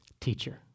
Teacher